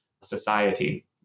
society